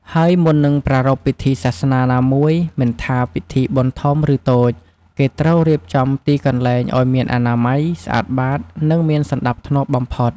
ហើយមុននឹងប្រារព្ធពិធីសាសនាណាមួយ មិនថាពិធីបុណ្យធំ ឬតូច គេត្រូវរៀបចំទីកន្លែងឲ្យមានអនាម័យ ស្អាតបាត និងមានសណ្ដាប់ធ្នាប់បំផុត។